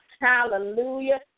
Hallelujah